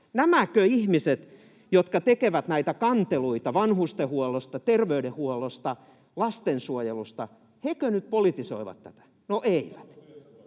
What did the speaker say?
Nämäkö ihmiset, jotka tekevät näitä kanteluita vanhustenhuollosta, terveydenhuollosta, lastensuojelusta, nyt politisoivat tätä? [Kimmo